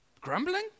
Grumbling